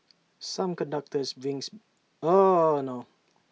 some conductors brings oh no